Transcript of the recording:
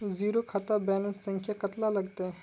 Zero खाता balance संख्या कतला लगते?